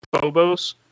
Phobos